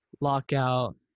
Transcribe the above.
Lockout